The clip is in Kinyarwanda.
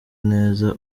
neza